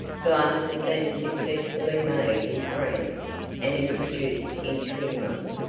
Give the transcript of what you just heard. glass had been successfully made in france and introduced into england.